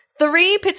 Three